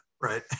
right